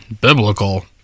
biblical